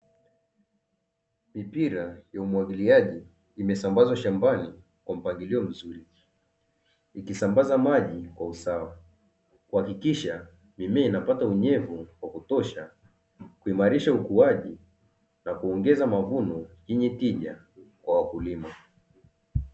Mipira ya umwagiliaji imesambazwa shambani kwa mpangilio mzuri ikisambaza maji kwa usawa, kuhakikisha mimea inapata unyevu wa kutosha kuimarisha ukuaji na kuongeza mavuno yenye tija kwa wakulima.